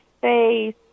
face